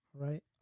Right